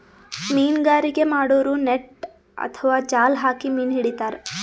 ಮೀನ್ಗಾರಿಕೆ ಮಾಡೋರು ನೆಟ್ಟ್ ಅಥವಾ ಜಾಲ್ ಹಾಕಿ ಮೀನ್ ಹಿಡಿತಾರ್